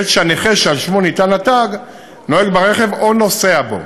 בעת שהנכה שעל שמו ניתן התג נוהג ברכב או נוסע בו.